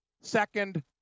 second